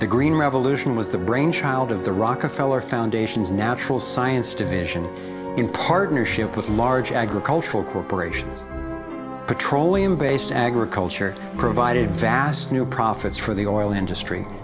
the green revolution was the brainchild of the rockefeller foundation's natural science division in partnership with large agricultural corporations petroleum based agriculture provided vast new profits for the oil industry